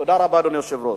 תודה רבה, אדוני היושב-ראש.